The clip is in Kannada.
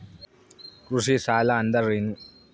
ಕೃಷಿ ಸಾಲ ಅಂದರೇನು?